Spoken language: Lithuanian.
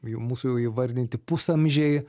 jau mūsų jau įvardinti pusamžiai